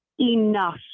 enough